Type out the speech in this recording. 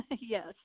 Yes